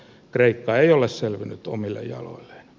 kreikka ei ole selvinnyt omille jaloille ja